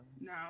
No